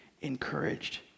encouraged